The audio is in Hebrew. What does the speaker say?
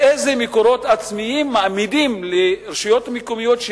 איזה מקורות עצמיים מעמידים לרשויות מקומיות כדי